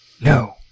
No